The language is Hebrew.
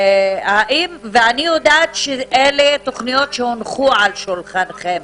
אני יודעת שאלה תוכניות שהונחו על שולחנכם.